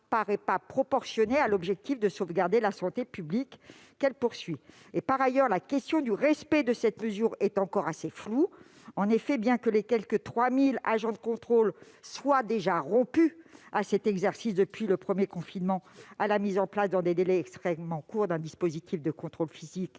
n'apparaît pas proportionnée à l'objectif de sauvegarder la santé publique qu'elle poursuit. » Enfin, la question du respect de cette mesure est encore assez floue. En effet, bien que les quelque 3 000 agents de contrôle soient déjà rompus, depuis le premier confinement, à la mise en place, dans des délais extrêmement courts, d'un dispositif de contrôle physique